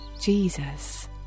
Jesus